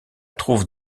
trouve